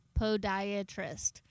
podiatrist